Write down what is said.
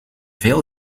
veel